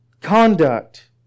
conduct